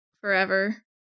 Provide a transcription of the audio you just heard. forever